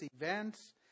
events